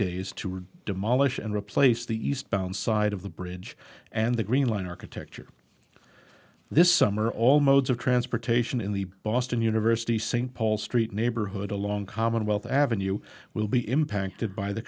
days to were demolished and replaced the eastbound side of the bridge and the green line architecture this summer all modes of transportation in the boston university st paul street neighborhood along commonwealth avenue you will be impacted by the